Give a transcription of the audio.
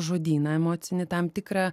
žodyną emocinį tam tikrą